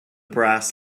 brass